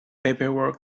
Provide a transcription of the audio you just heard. paperwork